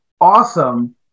awesome